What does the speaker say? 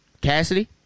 Cassidy